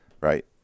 right